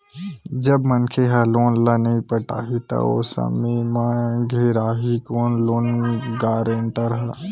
जब मनखे ह लोन ल नइ पटाही त ओ समे म घेराही कोन लोन गारेंटर ह